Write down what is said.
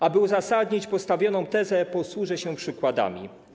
Aby uzasadnić postawioną tezę, posłużę się przykładami.